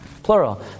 Plural